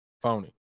Phony